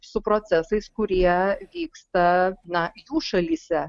su procesais kurie vyksta na jų šalyse